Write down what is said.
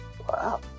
Wow